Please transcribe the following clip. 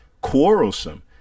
quarrelsome